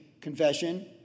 confession